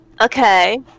Okay